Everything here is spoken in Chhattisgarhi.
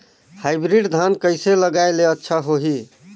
हाईब्रिड धान कइसे लगाय ले अच्छा होही?